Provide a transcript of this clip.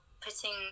putting